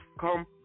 come